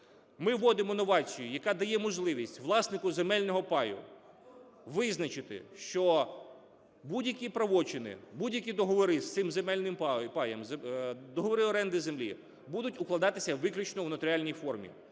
Ми вводимо новацію, яка дає можливість власнику земельного паю визначити, що будь-які правочини, будь-які договори з цим земельним паєм, договори оренди землі будуть укладатися виключно у нотаріальній формі.